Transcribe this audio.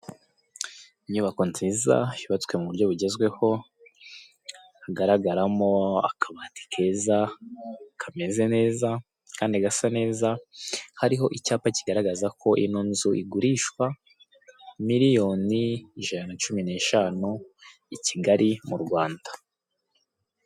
Muri gare Nyabugogo nijoro haparitswemo imodoka za bisi, ziri mu ibara ry'ubururu hakaba hari n'abantu benshi, hakaba hari inyubako zifite ubucuruzi zigiye zicanye amatara ku mihanda.